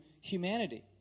humanity